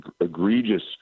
egregious